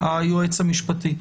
היועץ המשפטי.